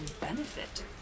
benefit